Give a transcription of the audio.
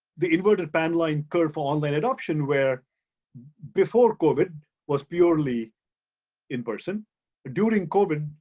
the inverted pan line curve online adoption where before covid was purely in-person, but during covid,